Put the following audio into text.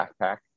backpack